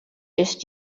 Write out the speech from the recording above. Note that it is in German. ist